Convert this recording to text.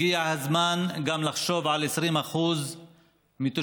הגיע הזמן גם לחשוב על 20% מתושביה.